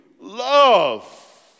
Love